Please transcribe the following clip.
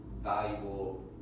Valuable